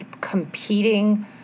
competing